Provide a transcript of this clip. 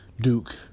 Duke